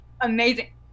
amazing